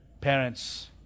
Parents